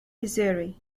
missouri